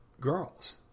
girls